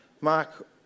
Mark